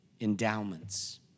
endowments